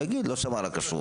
הוא יגיד: לא שמע על הכשרות.